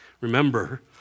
Remember